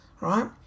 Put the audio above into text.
right